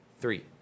three